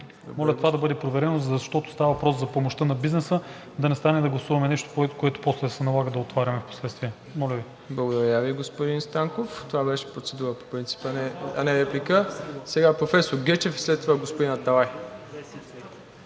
Моля това да бъде проверено, защото става въпрос за помощта на бизнеса и да не стане да гласуваме нещо, което после да се налага да отваряме впоследствие. Моля Ви. ПРЕДСЕДАТЕЛ МИРОСЛАВ ИВАНОВ: Благодаря Ви, господин Станков. Това беше процедура по принцип, а не реплика. Сега е професор Гечев, след това господин Аталай